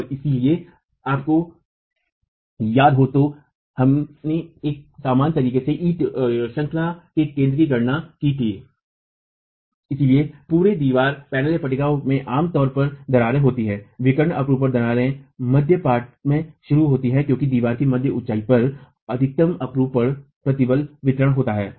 और इसलिए आपको यद् हो तो हमने एक समान तरीके से ईंट श्रंखलाइकाई के केंद्र में गणना की थी इसलिए पूरे दीवार पैनलपट्टिका में आम तौर पर दरारें होती हैं विकर्ण अपरूपण दरारें मध्य पाट में शुरू होती हैं क्योंकि दीवार की मध्य ऊंचाई पर अधिकतम अपरूपण प्रतिबल वितरण होता है